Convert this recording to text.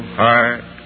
heart